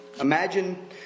imagine